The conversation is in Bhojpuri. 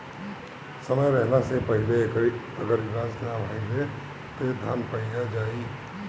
समय रहला से पहिले एकर अगर इलाज ना भईल त धान पइया जाई